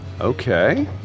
Okay